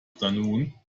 afternoon